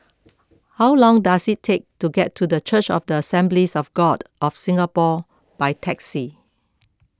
how long does it take to get to Church of the Assemblies of God of Singapore by taxi